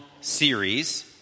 series